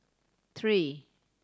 three